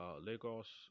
lagos